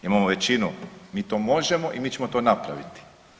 Imamo većinu, mi to možemo i mi ćemo to napraviti.